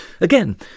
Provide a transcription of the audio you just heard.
Again